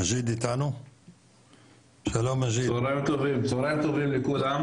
צוהריים טובים לכולם.